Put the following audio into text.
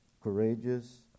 courageous